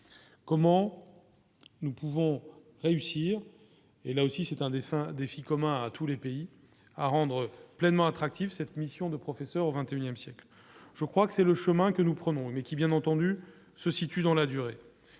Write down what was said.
comment nous pouvons réussir et là aussi c'est un dessin défis commun à tous les pays à rendre pleinement attractive cette mission de professeur au 21ième siècle, je crois que c'est le chemin que nous prenons, mais qui bien entendu se situe dans la durée,